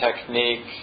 technique